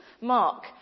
mark